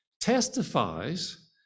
testifies